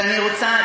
ואני רוצה,